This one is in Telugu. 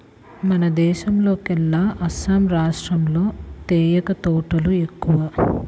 మన దేశంలోకెల్లా అస్సాం రాష్టంలో తేయాకు తోటలు ఎక్కువ